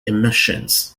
emissions